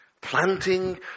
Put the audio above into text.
Planting